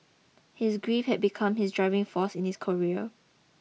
his grief had become his driving force in his career